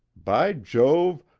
by jove,